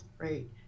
right